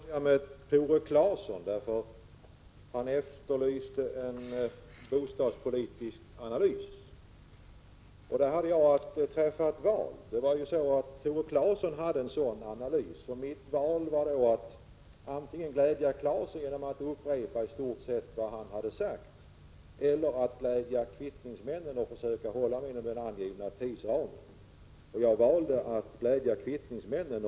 Herr talman! Jag vill, herr talman, börja med att svara Tore Claeson, som efterlyste en bostadspolitisk analys. Då har jag att träffa ett val. Tore Claeson gjorde ju en sådan analys, och mitt val står då mellan att antingen glädja honom genom att upprepa i stort sett vad han sagt eller glädja kvittningsmännen och försöka hålla mig inom den angivna tidsramen. Jag väljer att glädja kvittningsmännen.